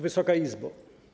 Wysoka Izbo!